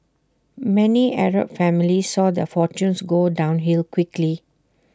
many Arab families saw their fortunes go downhill quickly